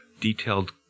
detailed